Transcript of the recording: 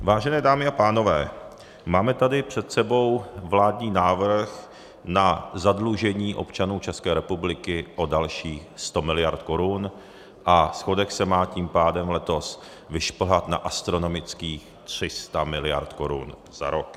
Vážené dámy a pánové, máme tady před sebou vládní návrh na zadlužení občanů České republiky o dalších 100 miliard korun a schodek se má tím pádem letos vyšplhat na astronomických 300 miliard korun za rok.